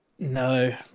No